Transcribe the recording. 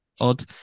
odd